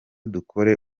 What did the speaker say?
dukore